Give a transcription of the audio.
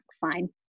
fine